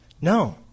No